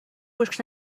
گوش